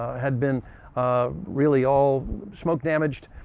had been really all smoke damaged.